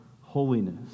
holiness